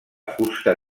fusta